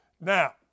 Now